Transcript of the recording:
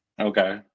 Okay